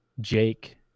Jake